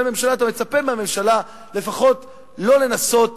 הממשלה אתה מצפה מהממשלה לפחות שלא לנסות,